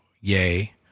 Yay